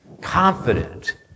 Confident